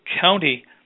county